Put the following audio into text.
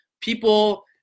people